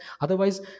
otherwise